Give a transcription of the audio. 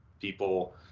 people